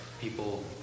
people